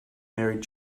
married